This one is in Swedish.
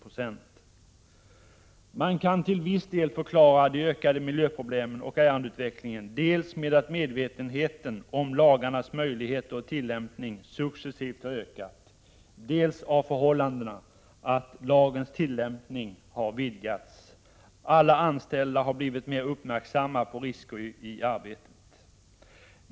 Man kan till viss del förklara de ökade miljöproblemen och ärendeutvecklingen med att medvetenheten om lagarnas möjligheter och tillämpning successivt har ökat och att lagens tillämpning har vidgats. Alla anställda har blivit mer uppmärksamma på risker i arbetet.